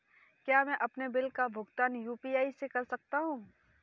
क्या मैं अपने बिल का भुगतान यू.पी.आई से कर सकता हूँ?